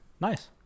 nice